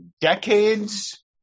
decades